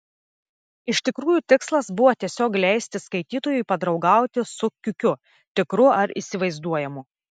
iš tikrųjų tikslas buvo tiesiog leisti skaitytojui padraugauti su kiukiu tikru ar įsivaizduojamu